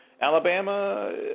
Alabama –